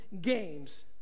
games